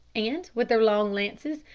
and, with their long lances,